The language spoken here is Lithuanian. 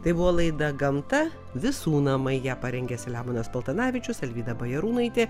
tai buvo laida gamta visų namai ją parengė selemonas paltanavičius alvyda bajarūnaitė